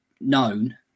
known